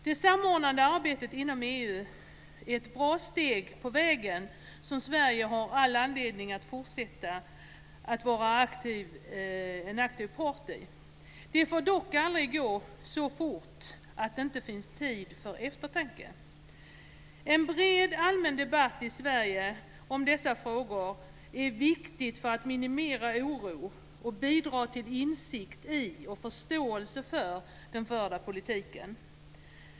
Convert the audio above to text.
Det samordnande arbetet inom EU är ett bra steg på vägen i det arbete som Sverige har all anledning att fortsätta att vara en aktiv part i. Det får dock aldrig gå så fort att det inte finns tid för eftertanke. En bred allmän debatt i Sverige om dessa frågor är viktig för att minimera oro och bidra till insikt i och förståelse för den förda politiken.